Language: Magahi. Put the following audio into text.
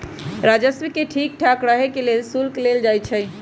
राजस्व के ठीक ठाक रहे के लेल शुल्क लेल जाई छई